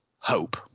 hope